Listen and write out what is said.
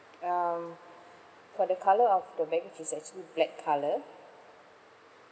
um for the colour of the baggage is actually black colour